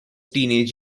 teenage